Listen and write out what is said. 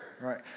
right